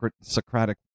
socratic